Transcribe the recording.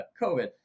COVID